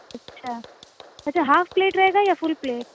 اچھا اچھا half plate رہے گا یا فل پلیٹ